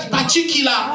particular